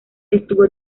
estuvo